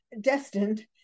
destined